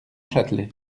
châtelet